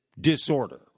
disorder